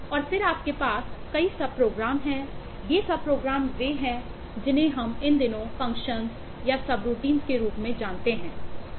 और फिर आपके पास कई सबप्रोग्राम के रूप में जानते हैं